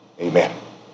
Amen